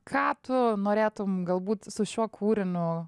ką tu norėtum galbūt su šiuo kūriniu